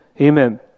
Amen